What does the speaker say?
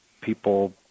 people